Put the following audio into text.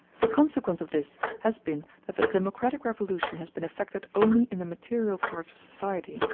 the consequence of this has been that the democratic revolution has been effected only in the material parts of society,